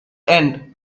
end